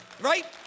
right